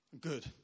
Good